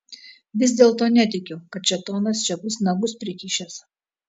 vis dėlto netikiu kad šėtonas čia bus nagus prikišęs